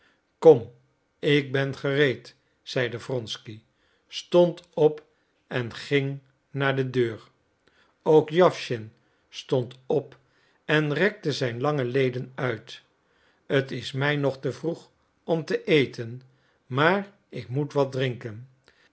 kom ik ben gereed zeide wronsky stond op en ging naar de deur ook jawschin stond op en rekte zijn lange leden uit t is mij nog te vroeg om te eten maar ik moet wat drinken